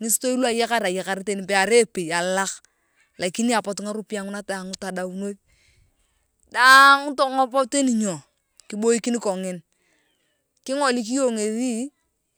Ngistoi lu ayakar ayakar teni pe arai epei alalak lakini apotu ngaropiai daang todaunoth daand tongop teni nyo kiboikin kongin kingoliki iyong ngethi